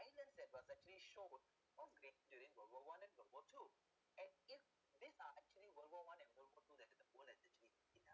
violence that was actually showed was how greats during world war one and world war two and if these are actually world war one and world war two that is a world that is actually been ah